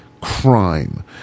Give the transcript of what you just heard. crime